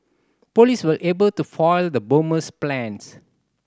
police were able to foil the bomber's plans